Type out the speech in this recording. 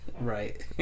Right